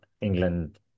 england